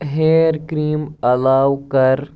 hair cream علاوٕ کَر